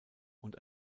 und